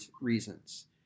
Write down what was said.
reasons